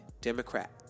Democrat